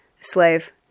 slave